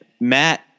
Matt